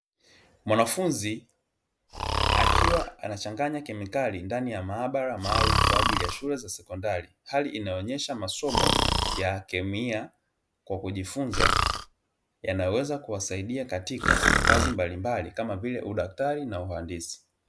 Mwanafunzi akiwa anachanganya kemikali ndani ya maabara maalumu, kwa ajili ya shule za sekondari. Hali inayoonyesha masomo ya kemia kwa kujifunza, yanayoweza kuwasaidia katika kazi mbalimbali, kama vile udaktari na uhandisi.